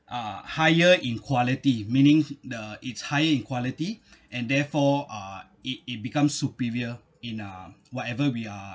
a higher in quality meanings the it's higher in quality and therefore uh it it becomes superior in uh whatever we are